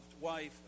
wife